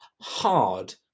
hard